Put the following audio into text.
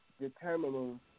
determining